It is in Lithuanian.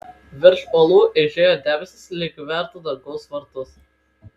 virš uolų eižėjo debesys lyg vertų dangaus vartus